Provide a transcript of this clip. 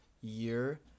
year